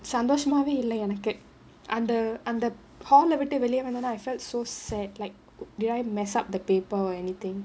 சந்தோஷமாவே இல்ல எனக்கு அந்த அந்த:santhoshamavae illa enakku antha antha hall விட்டு வெளியே வந்த உடனே:vittu veliyae vantha udanae I felt so sad like did I mess up the paper or anything